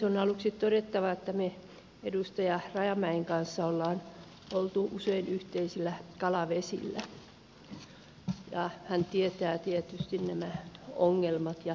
on aluksi todettava että me edustaja rajamäen kanssa olemme olleet usein yhteisillä kalavesillä ja hän tietää tietysti nämä ongelmat ja toiveet